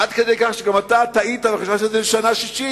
עד כדי כך שגם אתה טעית וחשבת שזה שנה שישית.